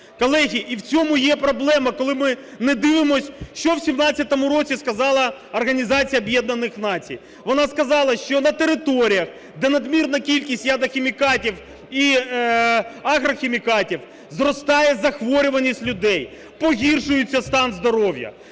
Колеги, і в цьому є проблема, коли ми не дивимося, що в 2017 році сказала Організація Об'єднаних Націй. Вона сказала, що на територіях, де надмірна кількість ядохімікатів і агрохімікатів, зростає захворюваність людей, погіршується стан здоров'я.